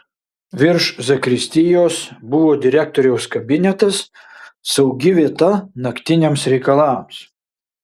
virš zakristijos buvo direktoriaus kabinetas saugi vieta naktiniams reikalams